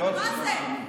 מה זה?